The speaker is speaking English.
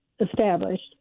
established